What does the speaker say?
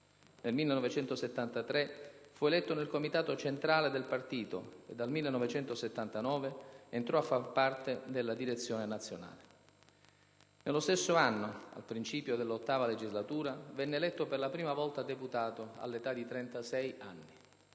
Nel 1973 fu eletto nel Comitato centrale del partito, e dal 1979 entrò a far parte della Direzione nazionale. Nello stesso anno, al principio dell'VIII Legislatura, venne eletto per la prima volta deputato, all'età di trentasei